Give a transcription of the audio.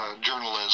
journalism